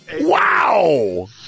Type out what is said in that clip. Wow